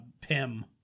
Pim